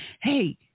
hey